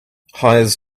hires